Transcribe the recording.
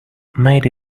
made